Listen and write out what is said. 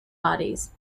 bodies